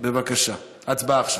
בבקשה, הצבעה עכשיו.